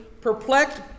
perplexed